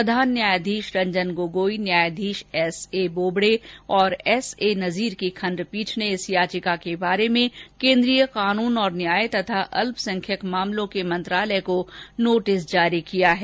प्रधान न्यायाधीश रंजन गोगोई न्यायधीश S A Bobde और एस ए नजीर की खंडपीठ ने इस याचिका के बारे में केंद्रीय कानून और न्याय तथा अल्पसंख्यक मामलों के मंत्रालय को नोटिस जारी किया है